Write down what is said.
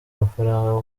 mafaranga